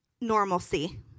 normalcy